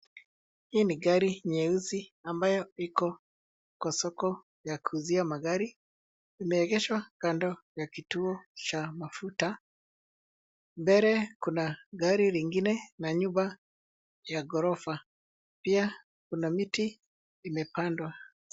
Hii ni gari nyeusi ambayo iko kwa soko ya kuuzia magari, imeegeshwa kando ya kituo cha mafuta. Mbele kuna gari lingine na nyumba ya ghorofa. Pia kuna miti imepandwa.